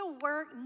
work